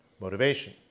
motivation